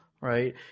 right